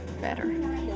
better